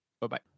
Bye-bye